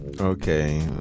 okay